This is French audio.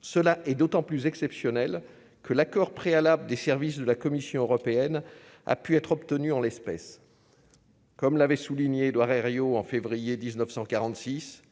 cela est d'autant plus exceptionnel que l'accord préalable des services de la Commission européenne a pu être obtenue en l'espèce. Comme l'avait souligné Édouard Herriot en février 1946